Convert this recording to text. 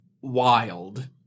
wild